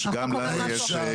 החוק אומר משהו אחר.